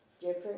different